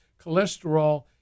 cholesterol